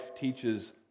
teaches